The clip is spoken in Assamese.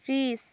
ত্ৰিশ